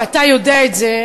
ואתה יודע את זה,